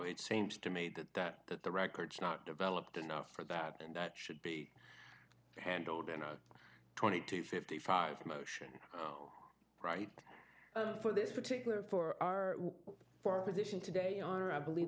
it seems to me that that that the records not developed enough for that and that should be handled in a twenty to fifty five motion oh right for this particular for our for position today on i believe